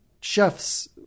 chefs